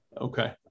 Okay